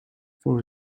for